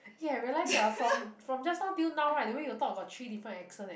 ya I realise ah from from just now till now right the way you talk got three different accent eh